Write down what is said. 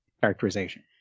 Characterization